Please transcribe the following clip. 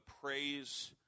praise